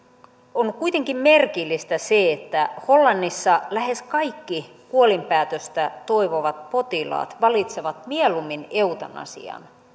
on kuitenkin merkillistä se että hollannissa lähes kaikki kuolinpäätöstä toivovat potilaat valitsevat mieluummin eutanasian